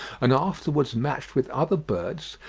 and afterwards matched with other birds,